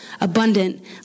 abundant